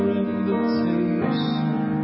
invitation